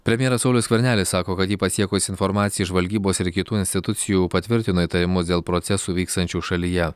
premjeras saulius skvernelis sako kad jį pasiekusi informacija iš žvalgybos ir kitų institucijų patvirtino įtarimus dėl procesų vykstančių šalyje